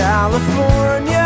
California